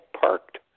parked